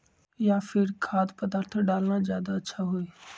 या फिर खाद्य पदार्थ डालना ज्यादा अच्छा होई?